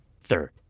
third